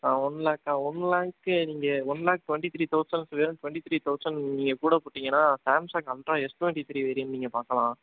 ஆ one லேக்கா one லேக்குக்கு நீங்கள் ஒன் லேக் ட்வெண்ட்டி த்ரீ தௌசண்ட்னில் இருக்குது ட்வெண்ட்டி த்ரீ தௌசண்ட் நீங்கள் கூட போட்டீங்கன்னால் Samsung ultra S twenty three variant நீங்கள் பார்க்கலாம்